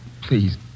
Please